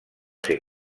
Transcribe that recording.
ser